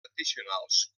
addicionals